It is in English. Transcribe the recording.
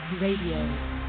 Radio